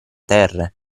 terre